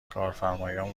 کارفرمایان